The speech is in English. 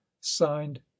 signed